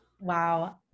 Wow